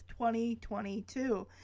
2022